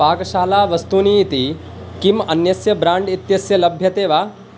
पाकशालावस्तूनि इति किम् अन्यस्य ब्राण्ड् इत्यस्य लभ्यन्ते वा